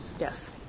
Yes